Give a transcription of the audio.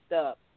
up